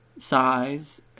size